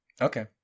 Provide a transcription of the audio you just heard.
Okay